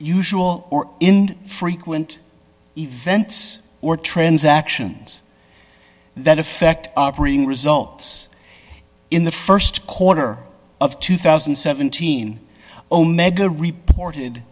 usual or in frequent events or transactions that affect operating results in the st quarter of two thousand and seventeen omega reported